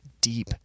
deep